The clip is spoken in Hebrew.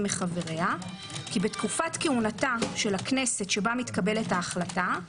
מחבריה כי בתקופת כהונתה של הכנסת שבה מתקבלת ההחלטה,